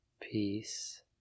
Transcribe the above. Peace